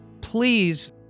Please